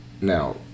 Now